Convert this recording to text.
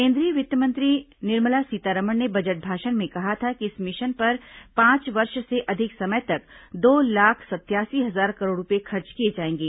केंद्रीय वित्त मंत्री निर्मला सीतारमण ने बजट भाषण में कहा था कि इस मिशन पर पांच वर्ष से अधिक समय तक दो लाख सतयासी हजार करोड़ रुपये खर्च किये जाएंगे